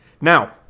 Now